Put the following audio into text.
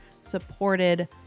supported